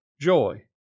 joy